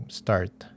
start